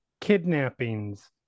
kidnappings